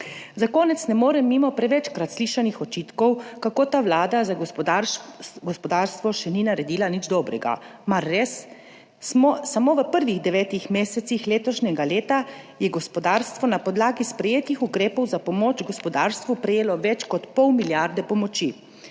Za konec ne morem mimo prevečkrat slišanih očitkov, kako ta vlada za gospodarstvo še ni naredila nič dobrega. Mar res? Samo v prvih devetih mesecih letošnjega leta je gospodarstvo na podlagi sprejetih ukrepov za pomoč gospodarstvu prejelo več kot pol milijarde pomoči.